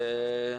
בסדר.